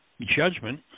judgment